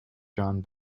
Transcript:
john